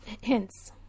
hints